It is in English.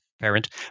parent